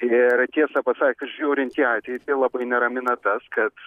ir tiesą pasakius žiūrint į ateitį labai neramina tas kad